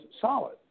solid